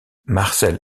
marcel